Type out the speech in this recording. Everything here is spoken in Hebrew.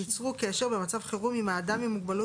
ייצרו קשר במצב חירום עם האדם עם מוגבלות